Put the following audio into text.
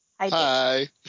Hi